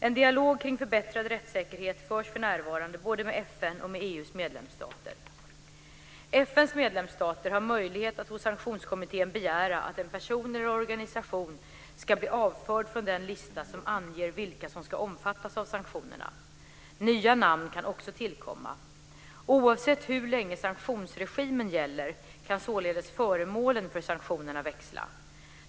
En dialog kring förbättrad rättssäkerhet förs för närvarande både med FN och med EU:s medlemsstater. FN:s medlemsstater har möjlighet att hos sanktionskommittén begära att en person eller organisation ska bli avförd från den lista som anger vilka som ska omfattas av sanktionerna. Nya namn kan också tillkomma. Oavsett hur länge sanktionsregimen gäller, kan således föremålen för sanktionerna växla.